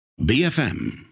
BFM